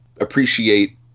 appreciate